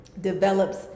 develops